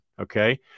Okay